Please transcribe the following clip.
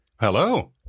Hello